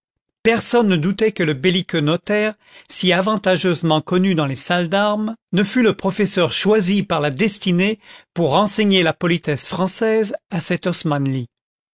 personne ne doutait que le belliqueux notaire si avantageusement connu dans les salles d'armes ne fût le professeur choisi par la destinée pour enseigner la politesse française à cet osmanli